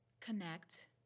connect